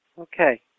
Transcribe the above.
Okay